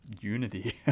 unity